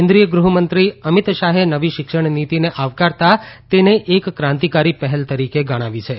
કેન્દ્રીય ગૃહમંત્રી અમિત શાહે નવી શિક્ષણ નીતિને આવકારતા તેને એક ક્રાંતિકારી પહેલ તરીકે ગણાવી છે